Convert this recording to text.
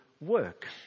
work